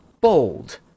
bold